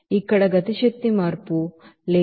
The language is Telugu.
ఇక్కడ కైనెటిక్ ఎనెర్జిస్ ಚೇಂಜ್ లేదు